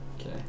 Okay